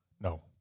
no